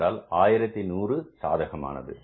என்றால் 1100 சாதகமானது